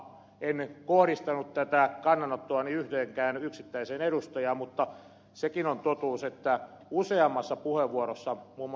en kohdistanut tätä kannanottoani yhteenkään yksittäiseen edustajaan mutta sekin on totuus että useammassa puheenvuorossa muun muassa ed